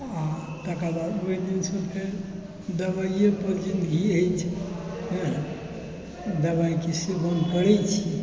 आ तकर बाद ओहि दिनसँ फेर दबाइएपर जिनगी अछि दबाइके सेवन करै छी